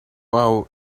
our